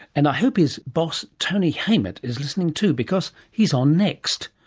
and hope his boss tony haymet is listening too because he's on next.